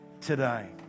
today